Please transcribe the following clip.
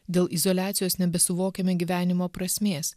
dėl izoliacijos nebesuvokiame gyvenimo prasmės